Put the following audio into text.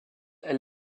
elle